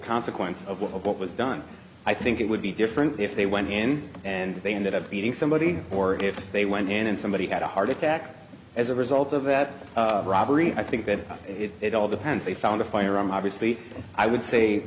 consequence of what was done i think it would be different if they went in and they ended up beating somebody or if they went in and somebody had a heart attack as a result of that robbery i think that it all depends they found a firearm obviously i would say